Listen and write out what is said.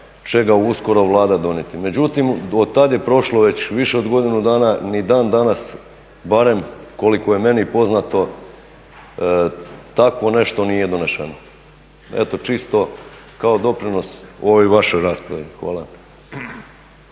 će ga uskoro Vlada donijeti. Međutim, od tada je prošlo već više od godine dana ni dan danas barem koliko je meni poznato takvo nešto nije doneseno. Eto čisto kao doprinos ovoj vašoj raspravi. Hvala.